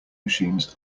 machines